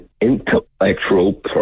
intellectual